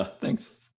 Thanks